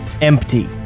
Empty